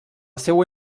seua